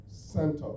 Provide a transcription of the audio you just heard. center